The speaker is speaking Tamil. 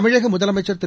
தமிழகமுதலமைச்சர்திரு